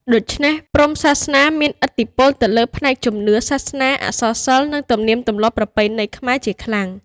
ដូច្នេះ ព្រហ្មសាសនាមានឥទ្ធិពលទៅលើផ្នែក ជំនឿ សិល្បៈ អក្សរសិល្ប៍ និង ទំនៀមទម្លាប់ប្រពៃណីខ្មែរជាខ្លាំង។